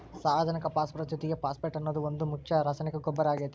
ಸಾರಜನಕ ಪಾಸ್ಪರಸ್ ಜೊತಿಗೆ ಫಾಸ್ಫೇಟ್ ಅನ್ನೋದು ಒಂದ್ ಮುಖ್ಯ ರಾಸಾಯನಿಕ ಗೊಬ್ಬರ ಆಗೇತಿ